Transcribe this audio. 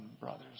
brothers